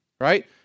right